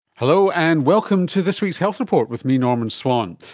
hello, and welcome to this week's health report, with me, norman swan.